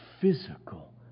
physical